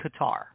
Qatar